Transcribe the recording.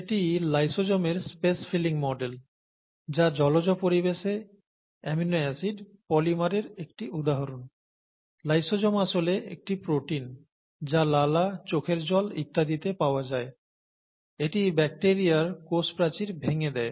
এটি লাইসোজোমের space filling model যা জলজ পরিবেশে অ্যামিনো অ্যাসিড পলিমারের একটি উদাহরণ লাইসোজোম আসলে একটি প্রোটিন যা লালা চোখের জল ইত্যাদিতে পাওয়া যায় এটি ব্যাকটেরিয়ার কোষ প্রাচীর ভেঙে দেয়